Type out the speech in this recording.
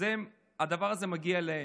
אז הדבר הזה מגיע אליהם.